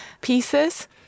pieces